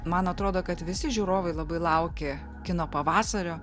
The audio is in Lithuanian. man atrodo kad visi žiūrovai labai laukia kino pavasario